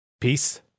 Peace